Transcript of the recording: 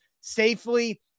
safely